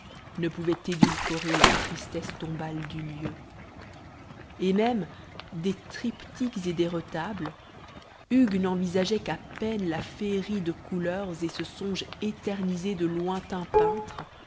fanées ne pouvait édulcorer la tristesse tombale du lieu et même des triptyques et des retables hugues n'envisageait qu'à peine la féerie de couleurs et ce songe éternisé de lointains peintres